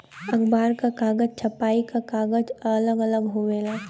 अखबार क कागज, छपाई क कागज अलग अलग होवेला